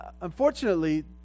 Unfortunately